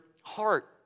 heart